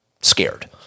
scared